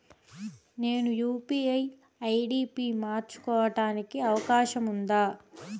నేను UPI ID పి మార్చుకోవడానికి అవకాశం ఉందా?